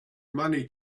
money